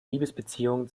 liebesbeziehung